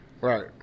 Right